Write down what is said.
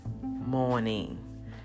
morning